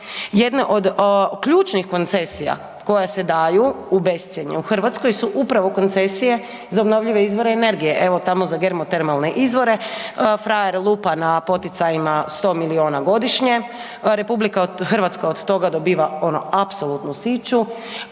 Jedne od ključnih koncesija koje se daju u bescjenje u Hrvatskoj su upravo koncesije za obnovljive izvore energije, evo, tamo za germotermalne izvore, frajer lupa na poticajima 100 milijuna godišnje, RH od toga dobiva ono apsolutno siću,